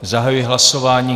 Zahajuji hlasování.